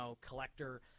collector